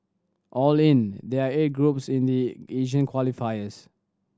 all in there are eight groups in the Asian qualifiers